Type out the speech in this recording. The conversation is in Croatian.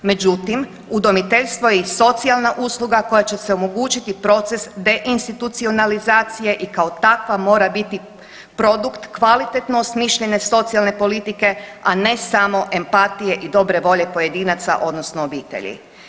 Međutim, udomiteljstvo je i socijalna usluga kojom će se omogućiti proces deinstitucionalizacije i kao takva mora biti produkt kvalitetno osmišljene socijalne politike, a ne samo empatije i dobre volje pojedinaca odnosno obitelji.